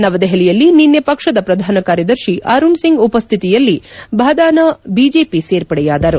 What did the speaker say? ನವದೆಹಲಿಯಲ್ಲಿ ನಿನ್ನೆ ಪಕ್ಷದ ಪ್ರಧಾನ ಕಾರ್ಯದರ್ಶಿ ಅರುಣ್ ಸಿಂಗ್ ಉಪಸ್ಥಿತಿಯಲ್ಲಿ ಭಾದಾನ ಬಿಜೆಪಿ ಸೇರ್ಪಡೆಯಾದರು